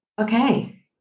okay